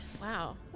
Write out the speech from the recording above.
Wow